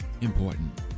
important